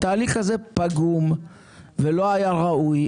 התהליך הזה פגום ולא היה ראוי.